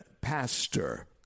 Pastor